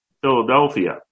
Philadelphia